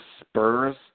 Spurs